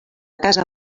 casa